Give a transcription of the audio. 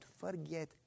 forget